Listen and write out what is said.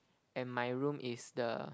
and my room is the